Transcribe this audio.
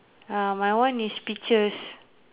ah my one is peaches